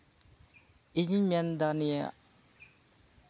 ᱤᱧᱤᱧ ᱢᱮᱱ ᱮᱫᱟ ᱱᱤᱭᱟᱹ